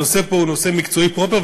הנושא פה הוא נושא מקצועי פרופר,